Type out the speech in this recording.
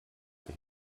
that